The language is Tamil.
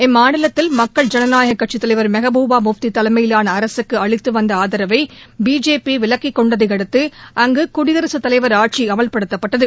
இம்மாநிலத்தில் மக்கள் ஜனநாயகக் கட்சித் தலைவர் மெகபூபா முப்தி தலைமையிலான அரகக்கு அளிதது வந்த ஆதரவை வபிஜேபி விலக்கிக் கொண்டதை அடுத்து அங்கு குடியரசுத் தலைவர் ஆட்சி அமல்படுத்தப்பட்டது